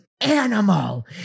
animal